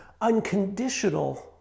unconditional